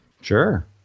Sure